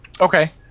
Okay